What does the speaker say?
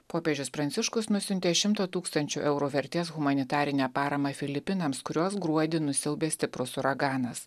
popiežius pranciškus nusiuntė šimtą tūkstančių eurų vertės humanitarinę paramą filipinams kuriuos gruodį nusiaubė stiprus uraganas